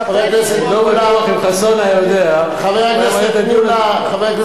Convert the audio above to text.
אני לא בטוח שאם חסון היה יודע הוא היה מעלה את הדיון הזה.